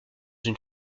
une